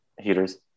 heaters